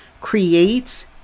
creates